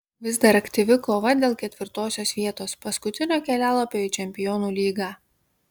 vis dar aktyvi kova dėl ketvirtosios vietos paskutinio kelialapio į čempionų lygą